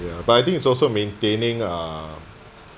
ya but I think it's also maintaining uh